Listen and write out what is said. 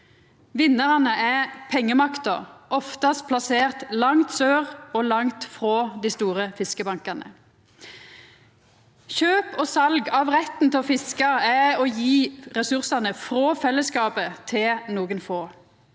Vinnarane er pengemakta, oftast plassert langt sør og langt frå dei store fiskebankane. Kjøp og sal av retten til å fiska er å gje ressursane frå fellesskapet til nokon få.